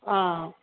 ஆ